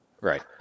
right